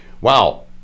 Wow